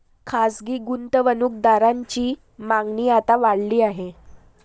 खासगी गुंतवणूक दारांची मागणी आता वाढली आहे